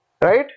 right